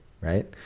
right